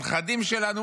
הנכדים שלנו?